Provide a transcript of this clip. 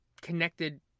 connected